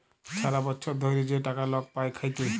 ছারা বচ্ছর ধ্যইরে যে টাকা লক পায় খ্যাইটে